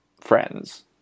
friends